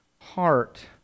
heart